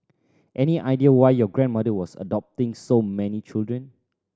any idea why your grandmother was adopting so many children